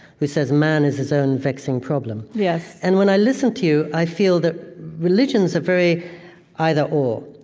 who says, man is his own vexing problem. yes and when i listen to you, i feel that religions are very either or.